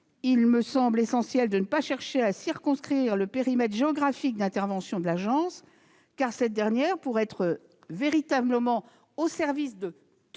il me semble essentiel de ne pas chercher à circonscrire le périmètre géographique d'intervention de l'agence, car cette dernière, pour être véritablement au service de